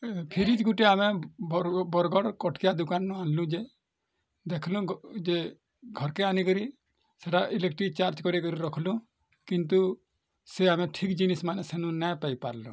ଫିରିଜ୍ ଗୁଟେ ଆମେ ବରଗଡ଼ କଟକିଆ ଦୁକାନ୍ ରୁ ଆଣ୍ଲୁ ଯେ ଦେଖଲୁ ଯେ ଘର୍ କେ ଆନିକରି ସେଇଟା ଇଲେକଟ୍ରିକ୍ ଚାର୍ଜ କରି କରି ରଖ୍ଲୁ କିନ୍ତୁ ସେ ଆମେ ଠିକ୍ ଜିନିଷ୍ ମାନେ ସେନୁ ନା ପାଇପାରଲୁ